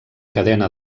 cadena